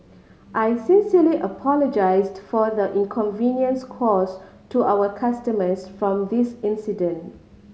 I sincerely apologise for the inconvenience caused to our customers from this incident